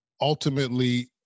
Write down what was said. ultimately